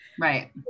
Right